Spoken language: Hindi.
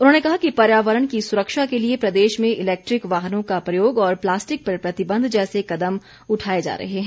उन्होंने कहा कि पर्यावरण की सुरक्षा के लिए प्रदेश में इलेक्ट्रीक वाहनों का प्रयोग और प्लास्टिक पर प्रतिबंध जैसे कदम उठाए जा रहे हैं